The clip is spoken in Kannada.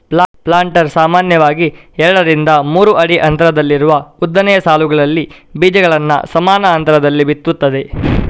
ಪ್ಲಾಂಟರ್ ಸಾಮಾನ್ಯವಾಗಿ ಎರಡರಿಂದ ಮೂರು ಅಡಿ ಅಂತರದಲ್ಲಿರುವ ಉದ್ದನೆಯ ಸಾಲುಗಳಲ್ಲಿ ಬೀಜಗಳನ್ನ ಸಮಾನ ಅಂತರದಲ್ಲಿ ಬಿತ್ತುತ್ತದೆ